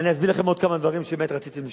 אני אסביר לכם עוד כמה דברים שבאמת רציתם לשמוע.